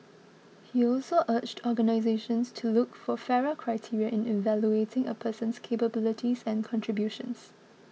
he also urged organisations to look for fairer criteria in evaluating a person's capabilities and contributions